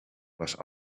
was